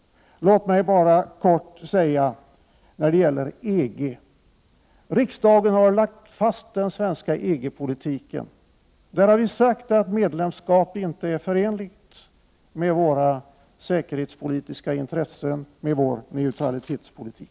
Låt mig kort säga något om EG. Riksdagen har fastställt den svenska EG-politiken, och vi har sagt att medlemskap inte är förenligt med våra säkerhetspolitiska intressen och vår neutralitetspolitik.